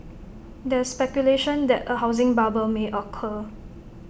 there's speculation that A housing bubble may occur